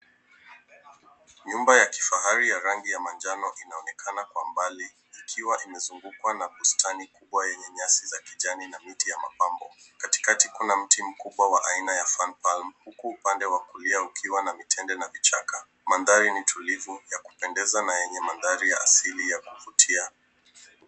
Nyumba ya kifahari ya rangi ya manjano inaonekana mbali ikiwa imezungukwa na bustani kubwa yenye na nyasi za kijani na miti ya mapambo. Katikati kuna mti mkubwa aina ya Fern palm huku upande wa kulia ukiwa na mitende na vichaka. Mandhari ni tulivu, ya kupendeza na yenye mandhari ya asili ya kuvutia.